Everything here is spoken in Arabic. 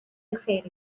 الخارج